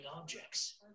objects